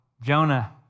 Jonah